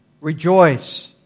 rejoice